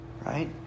right